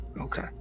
Okay